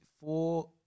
four